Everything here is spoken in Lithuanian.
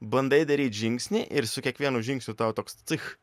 bandai daryt žingsnį ir su kiekvienu žingsniu tau toks cich